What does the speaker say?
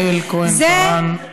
תודה, חברת הכנסת יעל כהן-פארן, תודה רבה.